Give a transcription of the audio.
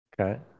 Okay